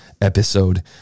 episode